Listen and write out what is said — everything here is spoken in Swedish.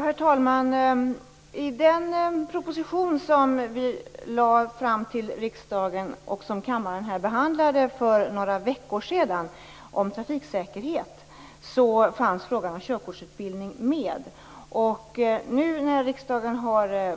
Herr talman! I den proposition som vi lade fram till riksdagen, och som kammaren behandlade för några veckor sedan, om trafiksäkerhet finns frågan om körkortsutbildningen med. Nu när riksdagen har